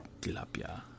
tilapia